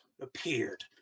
appeared